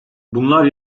bunlar